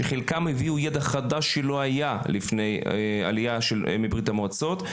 שחלקם הביאו ידע חדש שלא היה לפני העלייה מברית המועצות,